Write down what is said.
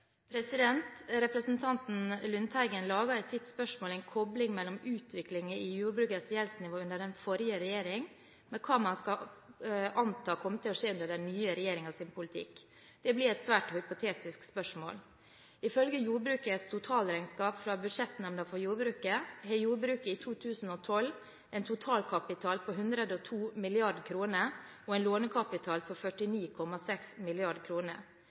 Representanten Lundteigen laget i sitt spørsmål en kopling mellom utviklingen i jordbrukets gjeldsnivå under den forrige regjering og hva man skal anta kommer til å skje under den nye regjeringens politikk. Det blir et svært hypotetisk spørsmål. Ifølge jordbrukets totalregnskap fra Budsjettnemnda for jordbruket har jordbruket i 2012 en totalkapital på 102 mrd. kr og en lånekapital på 49,6